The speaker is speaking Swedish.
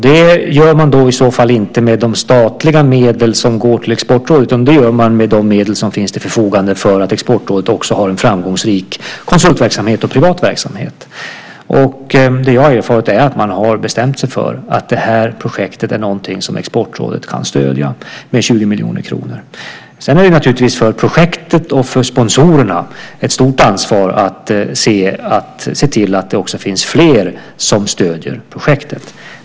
Det gör man i så fall inte med de statliga medel som går till Exportrådet, utan det gör man med de medel som finns till förfogande för Exportrådets framgångsrika konsultverksamhet och privata verksamhet. Det som jag har erfarit är att man har bestämt sig för att det här projektet är något som Exportrådet kan stödja med 20 miljoner kronor. Sedan är det naturligtvis ett stort ansvar för projektet och för sponsorerna att se till att det finns fler som stöder projektet.